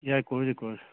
ꯌꯥꯏ ꯀꯣꯏꯔꯨꯁꯤ ꯀꯣꯏꯔꯨꯁꯤ